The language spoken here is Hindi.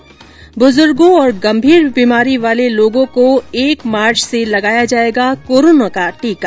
देश में बुजुर्गों और गंभीर बीमारी वाले लोगों को एक मार्च से लगाया जाएगा कोरोना का टीका